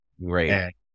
right